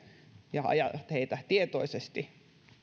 ja ajavat heitä tietoisesti